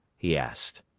he asked.